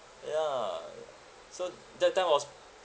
ya so that time was